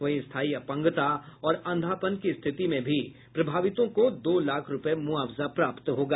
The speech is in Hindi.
वहीं स्थायी अपंगता और अंधापन की स्थिति में भी प्रभावितों को दो लाख रूपये मुआवजा प्राप्त होगा